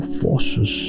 forces